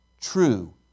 true